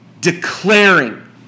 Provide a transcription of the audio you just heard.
declaring